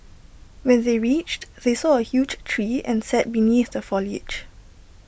when they reached they saw A huge tree and sat beneath the foliage